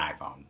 iPhone